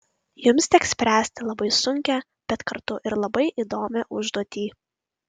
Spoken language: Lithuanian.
jums teks spręsti labai sunkią bet kartu ir labai įdomią užduotį